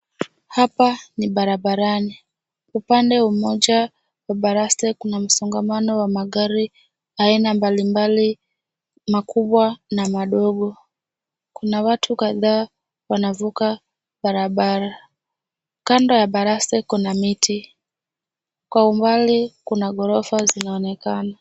Hapa ni barabarani. Upande mmoja wa baraste kuna msongamano wa magari aina mbali mbali, makubwa na madogo. Kuna watu kadhaa wanavuka barabara. Kando ya baraste kuna miti. Kwa umbali kuna ghorofa zinaonekana.